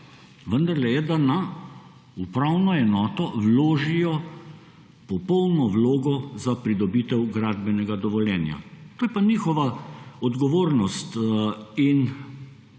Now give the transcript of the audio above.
vendarle je, da na upravno enoto vložijo popolno vlogo za pridobitev gradbenega dovoljenja. To je pa njihova odgovornost in